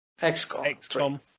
XCOM